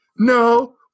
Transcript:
No